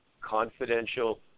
confidential